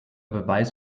beweis